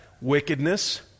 wickedness